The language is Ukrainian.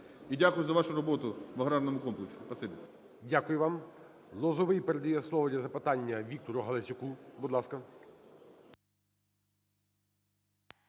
дякую за вашу роботу в аграрному комплексі.